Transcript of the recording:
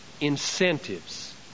incentives